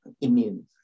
immune